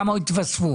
כמה התווספו?